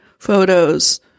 Photos